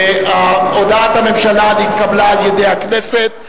הודעת הממשלה נתקבלה על-ידי הכנסת.